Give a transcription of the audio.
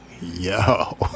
yo